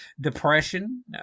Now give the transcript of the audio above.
depression